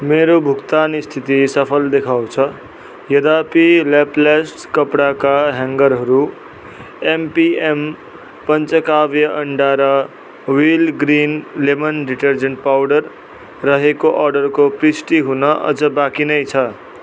मेरो भुक्तान स्थिति सफल देखाउँछ यद्यपि ल्याप्लास्ट कपडाका हेङ्गरहरू एमपिएम पञ्चकाव्य अन्डा र Wheel green lemon detergent powder रहेको अर्डरको पुष्टि हुन अझ बाँकी नै छ